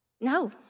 No